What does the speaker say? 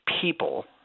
people